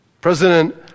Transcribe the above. President